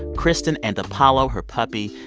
kristen and apollo, her puppy,